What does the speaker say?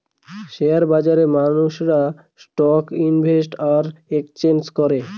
share বাজারে মানুষেরা stock invest আর এক্সচেঞ্জ করে